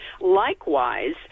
Likewise